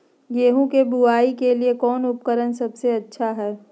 गेहूं के बुआई के लिए कौन उपकरण सबसे अच्छा है?